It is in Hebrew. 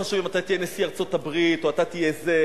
לא חשוב אם אתה תהיה נשיא ארצות-הברית או אתה תהיה זה.